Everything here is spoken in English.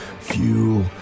fuel